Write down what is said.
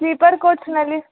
sleeper ಕೋಚ್ನಲ್ಲಿ